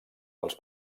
dels